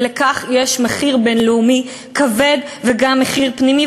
ולכך יש מחיר בין-לאומי כבד וגם מחיר פנימי,